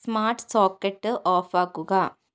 smart socket off ആക്കുക